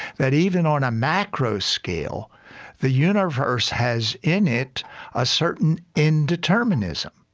that even on a macro scale the universe has in it a certain indeterminism.